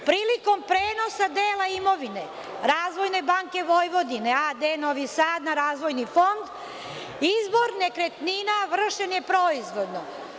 Prilikom prenosa dela imovine Razvojne banke Vojvodine AD Novi Sad, na Razvojni fond, izbor nekretnina vršen je proizvoljno.